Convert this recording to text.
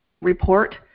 report